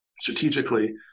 strategically